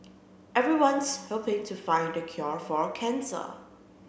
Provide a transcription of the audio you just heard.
everyone's hoping to find the cure for cancer